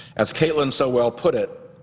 as katelin so well put it,